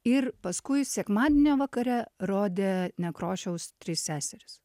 ir paskui sekmadienio vakare rodė nekrošiaus trys seserys